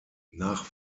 nach